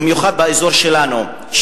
במיוחד באזור שלנו,